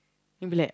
you be like